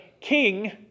king